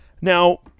Now